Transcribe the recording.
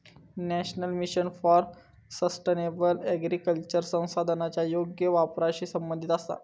national mission for sustainable agriculture संसाधनांच्या योग्य वापराशी संबंधित आसा